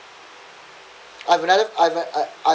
I have another I have I I